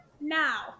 now